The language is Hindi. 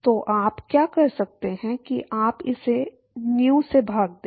तो आप क्या कर सकते हैं कि आप इसे nu से भाग दें